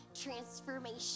transformation